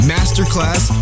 Masterclass